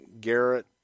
Garrett